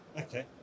okay